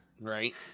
Right